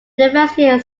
university